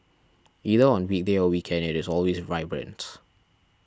either on weekday or weekend it is always vibrant